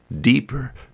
deeper